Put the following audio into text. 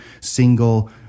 single